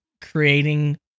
creating